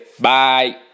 Bye